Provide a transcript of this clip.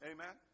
Amen